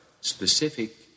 specific